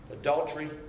adultery